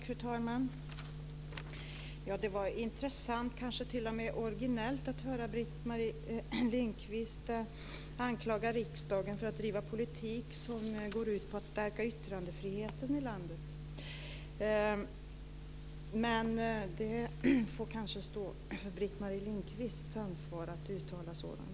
Fru talman! Det var intressant, kanske t.o.m. originellt, att höra Britt-Marie Lindkvist anklaga riksdagen för att driva politik som går ut på att stärka yttrandefriheten i landet. Det ligger kanske i Britt-Marie Lindkvists ansvar att uttala sådant.